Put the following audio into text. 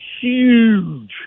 huge